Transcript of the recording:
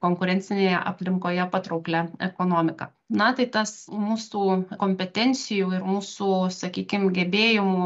konkurencinėje aplinkoje patrauklia ekonomika na tai tas mūsų kompetencijų ir mūsų sakykim gebėjimų